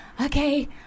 okay